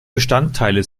bestandteile